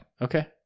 Okay